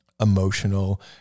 emotional